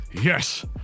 Yes